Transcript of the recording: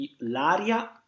l'aria